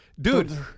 dude